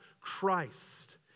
Christ